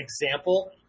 example